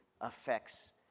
affects